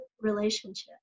relationship